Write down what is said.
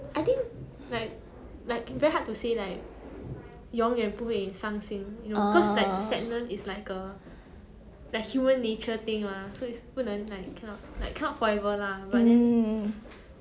mm